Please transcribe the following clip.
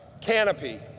Canopy